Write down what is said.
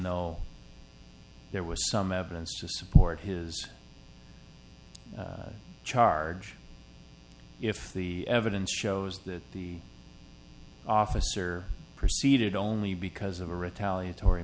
though there was some evidence to support his charge if the evidence shows that the officer proceeded only because of a retaliatory